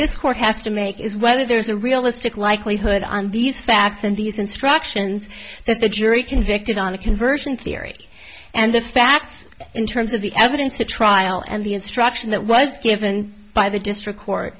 court has to make is whether there's a realistic likelihood on these facts and these instructions that the jury convicted on a conversion theory and the facts in terms of the evidence the trial and the instruction that was given by the district court